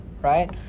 right